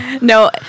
No